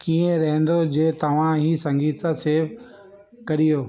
कीअं रहंदो जे तव्हां ई संगीत सेव करियो